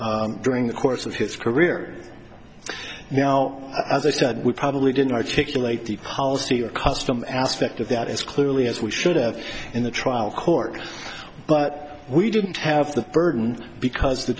during the course of his career now as i said we probably didn't articulate the policy or custom aspect of that as clearly as we should have in the trial court but we didn't have the burden because the